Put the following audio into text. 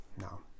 no